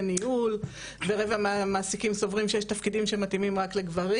ניהול ורבע מהמעסיקים סוברים שיש תפקידים שמתאימים רק לגברים,